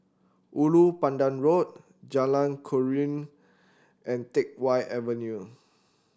Ulu Pandan Road Jalan Keruing and Teck Whye Avenue